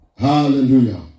Hallelujah